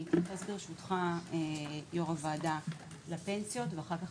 אני אתייחס ברשותך יו"ר הוועדה לפנסיות ולאחר מכן